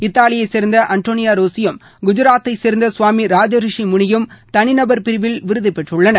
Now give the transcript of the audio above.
இத்தாலியைச் சேர்ந்த அன்டோளிடா ரோசியும் குஜராத்தைச் சேர்ந்த கவாமி ராஜரிஷி முனியும் தனிநபர் பிரிவில் விருது பெற்றுள்ளனர்